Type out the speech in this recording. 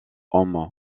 hommes